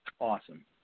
awesome